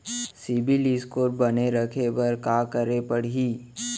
CIBIL score बने रखे बर का करे पड़ही?